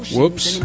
Whoops